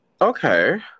Okay